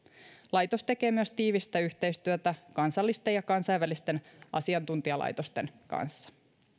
laitos tekee myös tiivistä yhteistyötä kansallisten ja kansainvälisten asiantuntijalaitosten kanssa